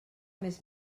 més